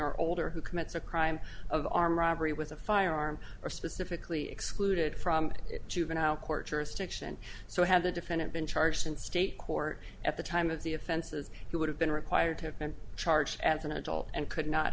year old or who commits a crime of armed robbery with a firearm are specifically excluded from juvenile court jurisdiction so have the defendant been charged in state court at the time of the offenses he would have been required to have been charged as an adult and could not